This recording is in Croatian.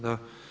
Da.